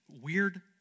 weird